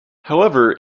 however